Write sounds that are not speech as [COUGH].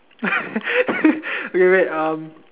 [LAUGHS] okay wait uh